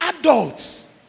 adults